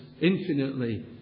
infinitely